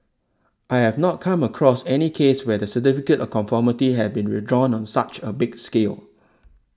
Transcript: I have not come across any case where the Certificate of Conformity have been withdrawn on such a big scale